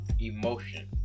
emotion